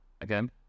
again